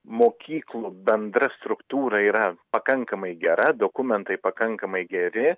mokyklų bendra struktūra yra pakankamai gera dokumentai pakankamai geri